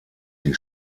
die